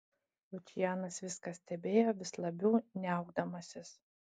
lučianas viską stebėjo vis labiau niaukdamasis